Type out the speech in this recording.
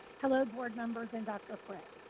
hello, board members and dr. fritz.